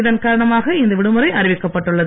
இதன் காரணமாக இந்த விடுமுறை அறிவிக்கப்பட்டுள்ளது